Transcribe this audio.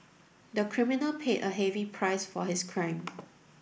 the criminal paid a heavy price for his crime